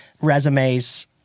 resumes